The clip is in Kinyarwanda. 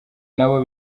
nabo